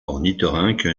ornithorynque